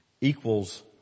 equals